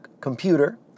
computer